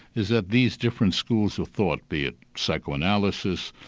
is that these different schools of thought be it psychoanalysis,